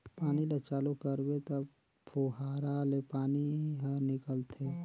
पानी ल चालू करबे त फुहारा ले पानी हर निकलथे